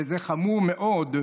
וזה חמור מאוד,